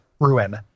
ruin